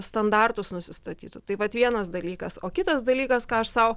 standartus nusistatytų tai vat vienas dalykas o kitas dalykas ką aš sau